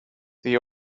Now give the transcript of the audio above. they